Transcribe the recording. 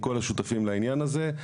עם כל השותפים לעניין הזה.